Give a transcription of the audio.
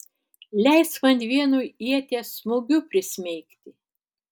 leisk man vienu ieties smūgiu prismeigti